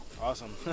Awesome